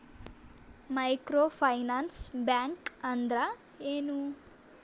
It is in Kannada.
ಮೈಕ್ರೋ ಫೈನಾನ್ಸ್ ಬ್ಯಾಂಕ್ ಅಂದ್ರ ಏನು?